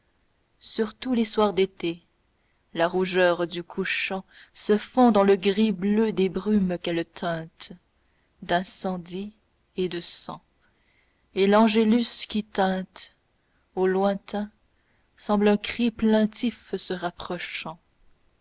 surtout les soirs d'été la rougeur du couchant se fond dans le gris bleu des brumes qu'elle teinte d'incendie et de sang et l'angélus qui tinte au lointain semble un cri plaintif se rapprochant